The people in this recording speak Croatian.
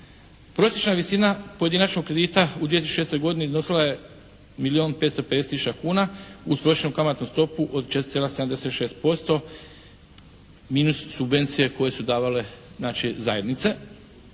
Prosječna visina pojedinačnog kredita u 2006. godini iznosila je milijun 550 tisuća kuna uz prosječnu kamatnu stopu od 4,76% minus subvencije koje su davale znači zajednice.